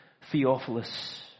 Theophilus